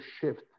shift